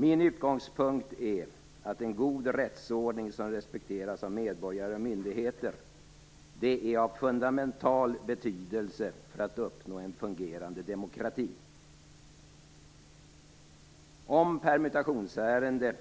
Min utgångspunkt är att en god rättsordning som respekteras av medborgare och myndigheter är av fundamental betydelse för att uppnå en fungerande demokrati. Om permutationsärendet